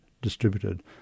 distributed